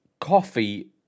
Coffee